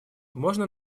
можно